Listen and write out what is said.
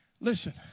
Listen